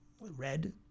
red